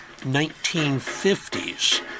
1950s